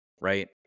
Right